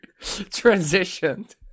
Transitioned